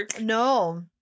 no